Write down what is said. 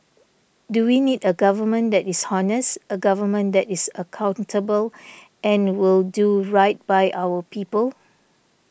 do we need a government that is honest a government that is accountable and will do right by our people